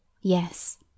Yes